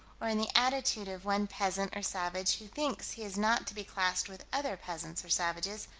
or in the attitude of one peasant or savage who thinks he is not to be classed with other peasants or savages,